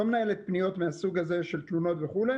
היא לא מנהלת פניות מהסוג הזה של תלונות וכו',